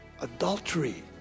adultery